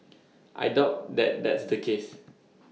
I doubt that that's the case